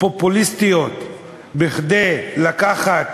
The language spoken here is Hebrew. פופוליסטיות כדי לקחת